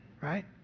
right